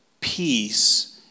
peace